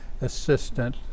assistant